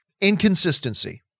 Inconsistency